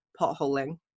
potholing